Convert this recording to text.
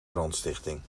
brandstichting